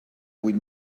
vuit